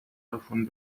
davon